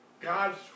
God's